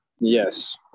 yes